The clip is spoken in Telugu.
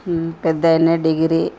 పెద్దాయన డిగ్రీ